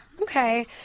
okay